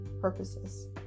purposes